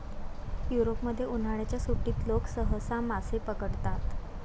युरोपमध्ये, उन्हाळ्याच्या सुट्टीत लोक सहसा मासे पकडतात